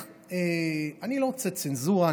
אני לא אעשה צנזורה,